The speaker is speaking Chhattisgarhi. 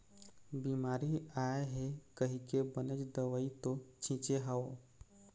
बिमारी आय हे कहिके बनेच दवई तो छिचे हव